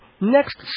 next